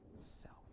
self